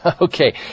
Okay